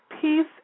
peace